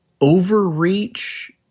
overreach